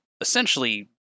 essentially